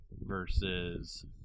versus